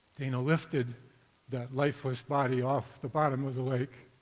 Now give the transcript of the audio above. dana lifted that lifeless body off the bottom of the lake,